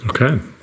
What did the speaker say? Okay